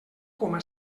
coma